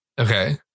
Okay